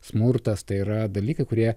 smurtas tai yra dalykai kurie